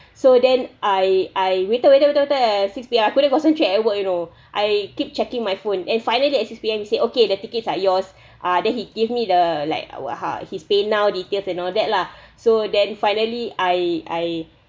so then I I waited waited waited at six P_M I couldn't concentrate at work you know I keep checking my phone and finally at six P_M he said okay the tickets are yours ah then he give me the like our ha his paynow details and all that lah so then finally I I